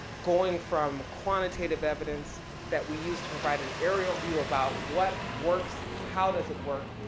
going from quantitative evidence that we used to provide an aerial view about what works, how does it work,